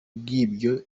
bw’ibyo